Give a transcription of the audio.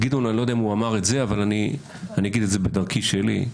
אני לא יודע אם הוא אמר את זה אבל אני אומר זאת בדרכי שלי.